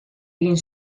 egin